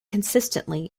consistently